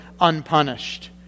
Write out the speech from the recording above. unpunished